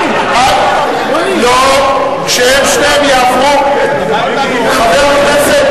בעיה, לא, חבר הכנסת